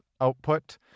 output